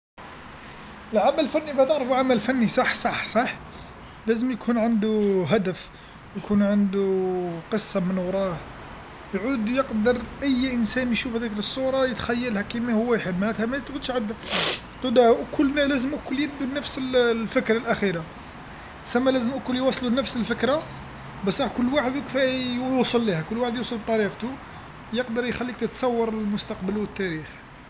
العمل الفني باه تعرفو عمل فني صح صح صح، لازم يكون عندو هدف يكون عندو قصه من وراه يعود يقدر أي إنسان يشوف هاديك الصوره يتخيلها كيما هو يحب معناتها ما تقعدش كل اليد بنفس الفكره الأخيره سما لازم الكل يوصل نفس الفكره بصح كل واحد ي-يوصل ليها كل واحد يوصل بطريقتو يقدر يخليك تصور المستقبل و التاريخ.